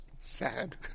sad